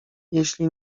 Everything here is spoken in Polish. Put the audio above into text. jeśli